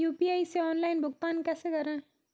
UPI से online भुगतान कैसे करें?